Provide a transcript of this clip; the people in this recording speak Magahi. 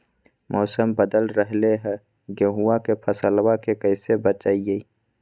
मौसम बदल रहलै है गेहूँआ के फसलबा के कैसे बचैये?